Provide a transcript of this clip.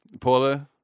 Paula